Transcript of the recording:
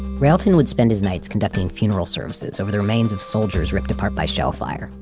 railton would spend his nights conducting funeral services over the remains of soldiers ripped apart by shellfire,